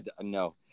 no